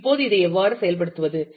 இப்போது இதை எவ்வாறு செயல்படுத்துவது